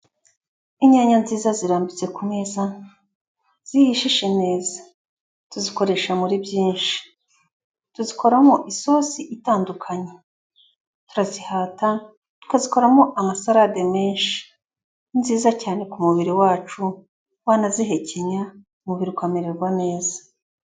Inyanya nziza zirambitse ku meza zihishishe neza, tuzikoresha muri byinshi, tuzikoramo isosi itandukanye, turazihata tukazikoramo amasalade menshi. Ni nziza cyane ku mubiri wacu, wanazihekenya umubiri ukamererwa neza.